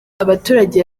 abaturage